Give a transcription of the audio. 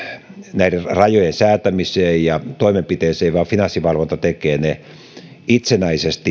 näiden rajojen säätämiseen ja toimenpiteisiin vaan finanssivalvonta tekee ne itsenäisesti